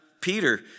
Peter